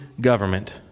government